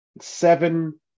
seven